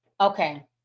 Okay